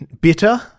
bitter